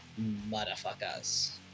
motherfuckers